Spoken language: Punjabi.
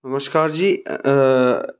ਨਮਸਕਾਰ ਜੀ